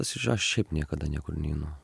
aš šiaip niekada niekur neinu